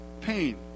pain